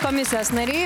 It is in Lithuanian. komisijos nariai